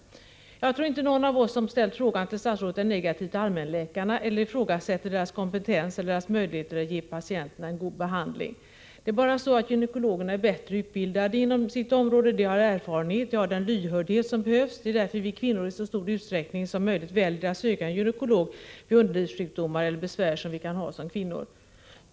Jag tror inte någon av oss som ställt frågor till statsrådet är negativ till allmänläkarna eller ifrågasätter deras kompetens och deras möjlighet att ge patienterna en god behandling. Det är bara så att gynekologerna är bättre utbildade inom sitt område — de har erfarenhet, och de har den lyhördhet som behövs. Det är därför vi kvinnor i så stor utsträckning som möjligt väljer att söka en gynekolog vid underlivssjukdomar eller besvär som vi kan ha som kvinnor.